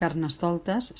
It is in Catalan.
carnestoltes